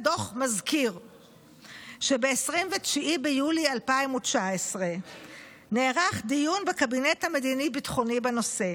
הדוח מזכיר שב-29 ביולי 2019 נערך דיון בקבינט המדיני-ביטחוני בנושא,